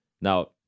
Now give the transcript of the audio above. Now